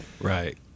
Right